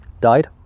died